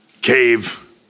cave